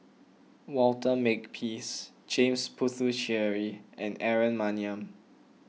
Walter Makepeace James Puthucheary and Aaron Maniam